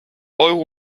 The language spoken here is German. euro